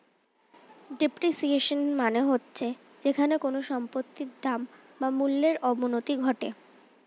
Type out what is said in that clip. depreciation মানে হচ্ছে যখন কোনো সম্পত্তির দাম বা মূল্যর অবনতি ঘটে